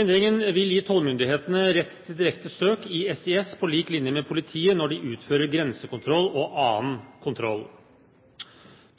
Endringen vil gi tollmyndighetene rett til direkte søk i SIS på lik linje med politiet når de utfører grensekontroll og annen kontroll.